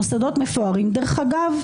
מוסדות מפוארים דרך אגב,